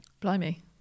Blimey